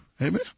Amen